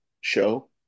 show